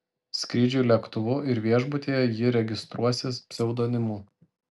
skrydžiui lėktuvu ir viešbutyje ji registruosis pseudonimu